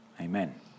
Amen